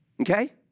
okay